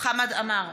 חמד עמאר,